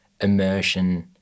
immersion